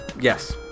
yes